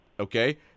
Okay